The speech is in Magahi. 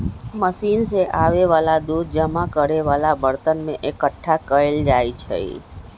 मशीन से आबे वाला दूध जमा करे वाला बरतन में एकट्ठा कएल जाई छई